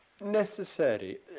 necessary